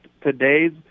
today's